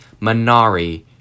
Minari